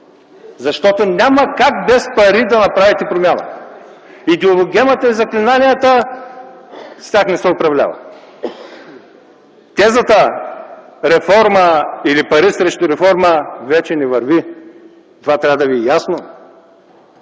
Защото няма как без пари да направите промяна. Идеологемата и заклинанията – с тях не се управлява. Тезата „Реформа” или „Пари срещу реформа” вече не върви. Това трябва да ви е ясно.